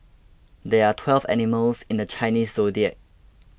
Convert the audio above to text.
there are twelve animals in the Chinese zodiac